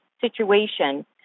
situation